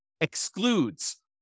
excludes